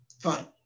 Fine